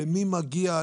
למי מגיע,